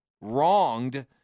wronged